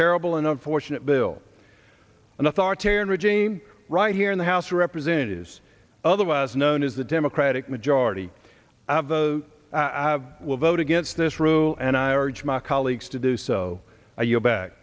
terrible and of fortunate bill an authoritarian regime right here in the house of representatives otherwise known as the democratic majority of the will vote against this rule and i urge my colleagues to do so are you